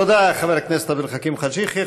תודה, חבר הכנסת עבד אל-חכים חאג' יחיא.